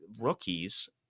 rookies